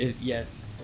Yes